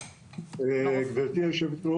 זה אומר שלתחילת שנה הבאה יש מצב שהילדים עד גיל חמש יגיעו